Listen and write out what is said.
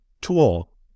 tool